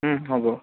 হ'ব